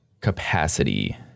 capacity